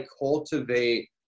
cultivate